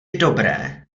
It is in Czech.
dobré